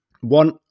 one